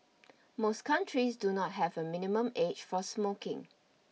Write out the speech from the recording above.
most countries do not have a minimum age for smoking